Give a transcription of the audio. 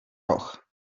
roh